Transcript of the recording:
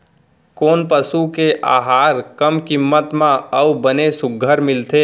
कोन पसु के आहार कम किम्मत म अऊ बने सुघ्घर मिलथे?